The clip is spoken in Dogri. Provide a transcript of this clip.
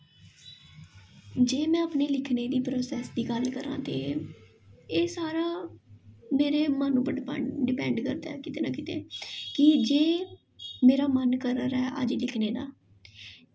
जे में अपने लिखने दे प्रोसेस दी गल्ल करां ते एह् सारा मेरे मन उप्पर डिपैं डिपैंड करदा ऐ किते ना किते की जे मेरा मन करा दा अज्ज लिखने दा